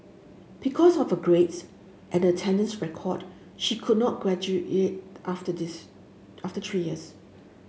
because of the grades and attendance record she could not graduate after these after three years